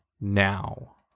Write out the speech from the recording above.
now